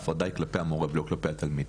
ההפרדה היא כלפי המורה ולא כלפי התלמיד.